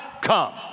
come